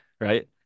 right